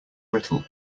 brittle